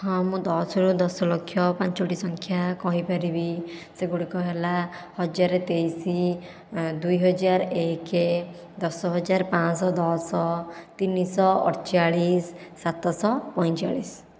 ହଁ ମୁଁ ଦଶରୁ ଦଶ ଲକ୍ଷ ପାଞ୍ଚୋଟି ସଂଖ୍ୟା କହିପାରିବି ସେଗୁଡ଼ିକ ହେଲା ହଜାର ତେଇଶଦୁଇହଜାର ଏକ ଦଶ ହଜାର ପାଞ୍ଚଶହ ଦଶ ତିନିଶହ ଅଠଚାଳିଶ ସାତଶହ ପଇଁଚାଳିଶ